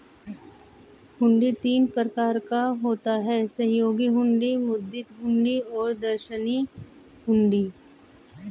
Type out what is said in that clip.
हुंडी तीन प्रकार का होता है सहयोग हुंडी, मुद्दती हुंडी और दर्शनी हुंडी